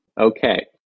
okay